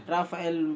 Rafael